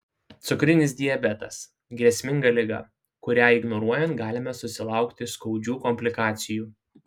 cukrinis diabetas grėsminga liga kurią ignoruojant galime susilaukti skaudžių komplikacijų